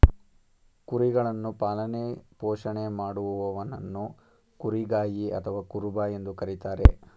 ಕುರಿಗಳನ್ನು ಪಾಲನೆ ಪೋಷಣೆ ಮಾಡುವವನನ್ನು ಕುರಿಗಾಯಿ ಅಥವಾ ಕುರುಬ ಎಂದು ಕರಿತಾರೆ